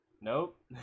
Nope